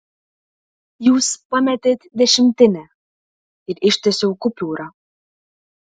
jūs pametėt dešimtinę ir ištiesiau kupiūrą